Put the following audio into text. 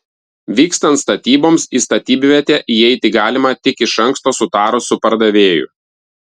vykstant statyboms į statybvietę įeiti galima tik iš anksto sutarus su pardavėju